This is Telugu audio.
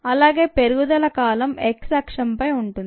అలాగే పెరుగుదల కాలం x అక్షంపై ఉంటుంది